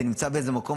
זה נמצא באיזה מקום,